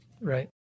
Right